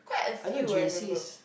I know J_C_S